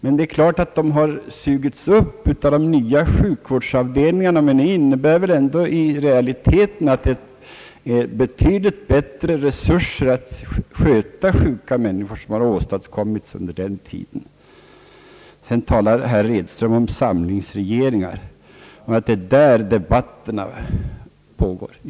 Men det är klart att dessa har sugits upp av de nya sjukvårdsavdelningarna. Det innebär väl dock i realiteten att det under den tiden har åstadkommits betydligt större resurser att sköta sjuka människor. Herr Edström talar sedan om »samlingsregeringar» och menar att debatterna om detta pågått i dem.